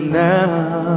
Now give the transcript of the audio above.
now